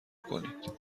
کنید